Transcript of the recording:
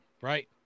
right